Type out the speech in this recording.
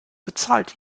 bezahlt